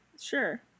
sure